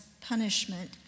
punishment